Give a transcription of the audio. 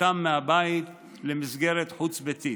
הוצאתם מהבית למסגרת חוץ-ביתית.